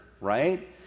Right